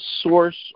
source